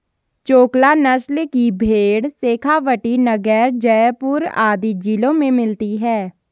चोकला नस्ल की भेंड़ शेखावटी, नागैर, जयपुर आदि जिलों में मिलती हैं